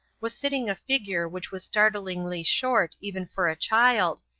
was sitting a figure which was startlingly short even for a child,